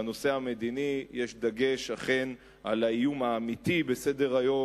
בנושא המדיני יש דגש אכן על האיום האמיתי בסדר-היום,